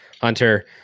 Hunter